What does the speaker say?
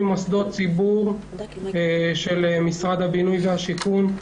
מוסדות ציבור של משרד הבינוי והשיכון.